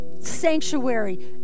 sanctuary